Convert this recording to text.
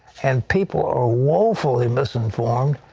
and people are woefully misinformed.